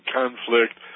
conflict